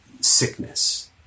sickness